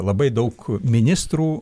labai daug ministrų